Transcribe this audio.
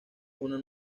una